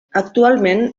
actualment